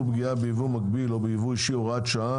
פגיעה ביבוא מקביל או ביבוא אישי) (הוראת שעה),